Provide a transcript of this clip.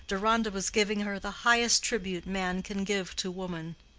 deronda was giving her the highest tribute man can give to woman.